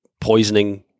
poisoning